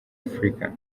african